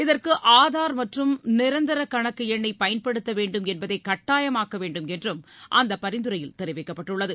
இதற்கு ஆதார் மற்றும் நிரந்தர கணக்கு எண்ணை பயன்படுத்த வேண்டும் என்பதை கட்டாயமாக்க வேண்டும் என்றும் அந்த பரிந்துரையில் தெரிவிக்கப்பட்டுள்ளது